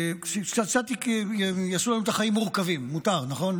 שקצת יעשו לנו את החיים מורכבים, מותר, נכון?